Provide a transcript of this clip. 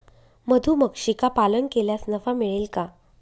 मधुमक्षिका पालन केल्यास नफा मिळेल का?